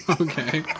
okay